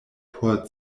por